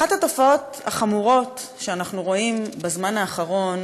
אחת התופעות החמורות שאנחנו רואים בזמן האחרון,